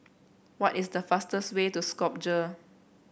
what is the fastest way to Skopje